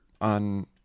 on